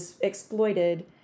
exploited